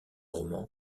roman